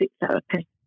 therapy